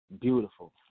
beautiful